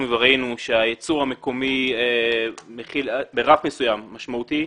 וראינו שהייצור המקומי ברף מסוים משמעותי,